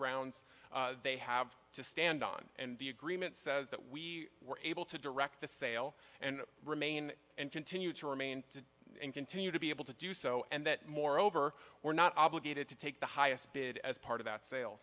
grounds they have to stand on and the agreement says that we were able to direct the sale and remain and continue to remain to continue to be able to do so and that moreover we're not obligated to take the highest bid as part of that sale